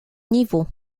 niveaux